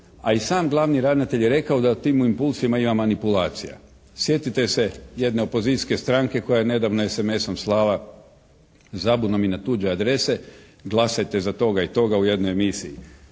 a i sam glavni ravnatelj je rekao da u tim impulsima ima manipulacija. Sjetite se jedne opozicijske stranke koja je nedavno SMS-om slala zabunom i na tuđe adrese glasajte za toga i toga u jednoj emisiji.